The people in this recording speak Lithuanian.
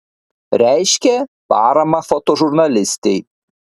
reiškė paramą fotožurnalistei